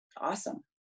Awesome